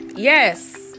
Yes